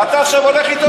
ואתה עכשיו הולך אתו?